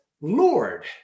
Lord